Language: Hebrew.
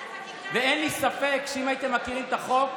ואין לי ספק שאם הייתם מכירים את החוק,